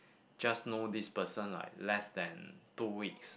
just know this person like less than two weeks